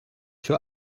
für